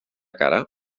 cara